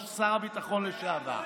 שר הביטחון לשעבר.